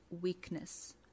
weakness